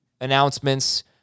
announcements